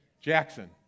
Jackson